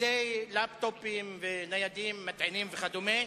זה ללפטופים, ניידים, מטענים וכדומה.